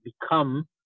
become